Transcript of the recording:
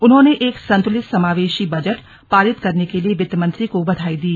उन्होंने एक संतुलित समावेशी बजट पारित करने के लिए वित्तमंत्री को बधाई दी